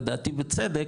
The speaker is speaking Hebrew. לדעתי בצדק,